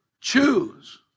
Choose